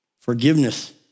Forgiveness